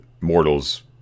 mortals